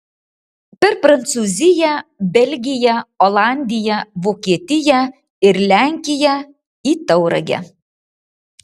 per prancūziją belgiją olandiją vokietiją ir lenkiją į tauragę